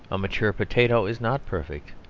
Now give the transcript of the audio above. a mature potato is not perfect,